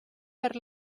per